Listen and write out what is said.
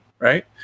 right